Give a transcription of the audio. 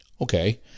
Okay